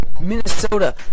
Minnesota